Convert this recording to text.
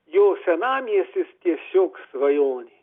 jo senamiestis tiesiog svajonė